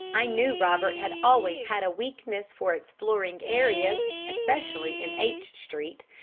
i knew robert had always had a weakness for exploring areas, especially in h street,